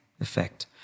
effect